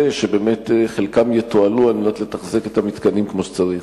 שבאמת חלק יתועלו לתחזוקת המתקנים כמו שצריך?